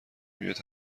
میاد